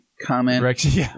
comment